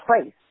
place